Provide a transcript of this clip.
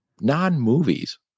Non-movies